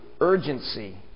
urgency